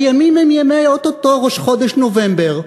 הימים הם ימי או-טו-טו ראש חודש נובמבר,